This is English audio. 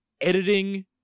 editing